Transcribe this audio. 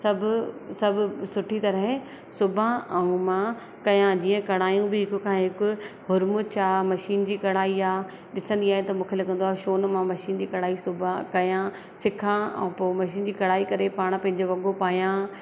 सभु सभु सुठी तरह सिबिया ऐं मां कयां जीअं कड़ाइयूं बि हिकु खां हिकु घुरमूचा छा मशीन जी कड़ाई आहे ॾिसंदी आहियां त मूंखे लॻंदो आहे छो न मां मशीन जी कड़ाई सिबिया कयां सिखिया ऐं पोइ मशीन जी कड़ाई करे पाण पंहिंजो वॻो पायां